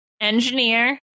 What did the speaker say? engineer